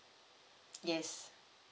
yes